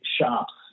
shops